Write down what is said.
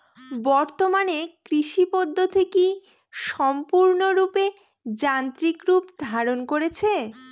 বর্তমানে কৃষি পদ্ধতি কি সম্পূর্ণরূপে যান্ত্রিক রূপ ধারণ করেছে?